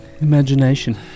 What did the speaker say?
Imagination